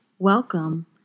Welcome